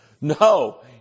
No